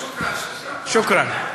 שוכראן.